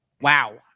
wow